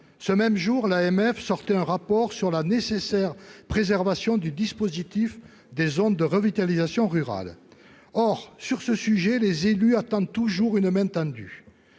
ce même jour, l'AMF sortait un rapport sur la nécessaire préservation du dispositif des zones de revitalisation rurale, or, sur ce sujet, les élus attendent toujours une main tendue